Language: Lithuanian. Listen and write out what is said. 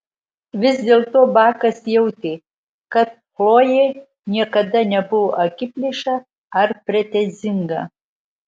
vis dėlto bakas jautė kad chlojė niekada nebuvo akiplėša ar pretenzinga